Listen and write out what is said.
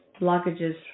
blockages